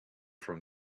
from